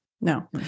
No